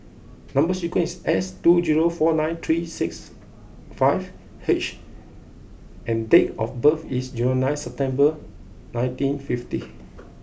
number sequence is S two zero four nine three six five H and date of birth is zero nine September nineteen fifty